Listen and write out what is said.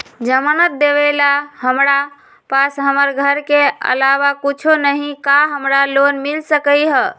जमानत देवेला हमरा पास हमर घर के अलावा कुछो न ही का हमरा लोन मिल सकई ह?